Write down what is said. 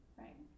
right